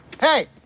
hey